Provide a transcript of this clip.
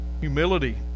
humility